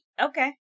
Okay